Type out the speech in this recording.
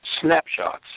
snapshots